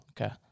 Okay